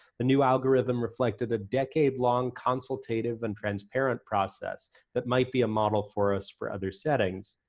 new algorithm reflected a decade long consultative and transparent process that might be a model for us for other settings.